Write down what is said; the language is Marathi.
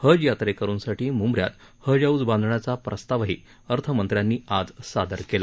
हज यात्रेकरूंसाठी मुंब यात हज हाऊस बांधण्याचा प्रस्तावही अर्थमंत्र्यांनी आज सादर केला